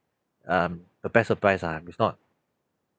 um the best surprise ah if not